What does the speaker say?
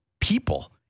people